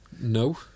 No